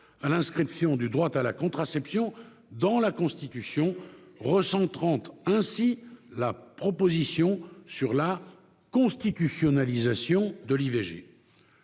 à l'inscription du droit à la contraception dans la Constitution, recentrant ainsi la proposition sur la constitutionnalisation de l'IVG.